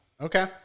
Okay